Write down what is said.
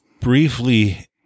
briefly